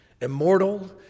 immortal